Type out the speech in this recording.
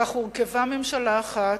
כך הורכבה ממשלה אחת,